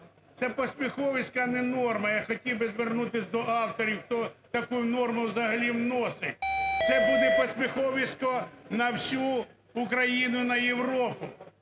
це посміховисько, а не норма. Я хотів би звернутися до авторів, хто таку норму взагалі вносить. Це буде посміховисько на всю Україну і на Європу.